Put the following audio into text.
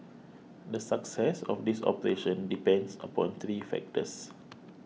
the success of this operation depends upon three factors